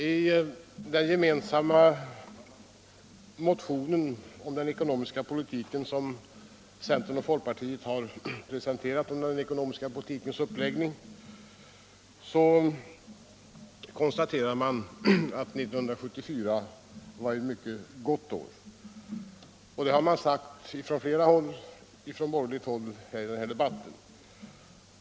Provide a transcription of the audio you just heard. I den gemensamma motion om den ekonomiska politikens uppläggning som centern och folkpartiet har presenterat konstaterar man att 1974 var ett mycket gott år, och det har sagts från flera håll på den borgerliga kanten i denna debatt.